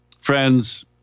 friends